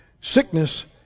Sickness